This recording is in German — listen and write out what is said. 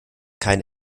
kein